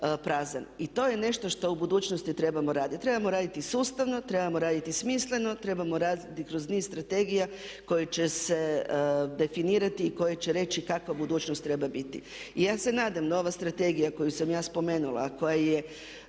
I to je nešto što u budućnosti trebamo raditi. Trebamo raditi sustavno, trebamo raditi smisleno, trebamo raditi kroz niz strategija koje će se definirati i koje će reći kakva budućnost treba biti. Ja se nadam da ova strategija koju sam ja spomenula, a koja je